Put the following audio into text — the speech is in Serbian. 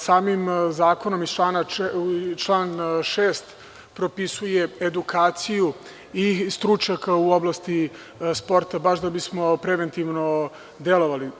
Samim zakonom, član 6. propisuje edukaciju i stručnjaka u oblasti sporta baš da bi smo preventivno delovali.